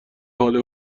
حال